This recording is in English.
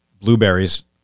blueberries